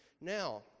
Now